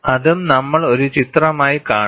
അതും നമ്മൾ ഒരു ചിത്രമായി കാണും